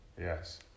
Yes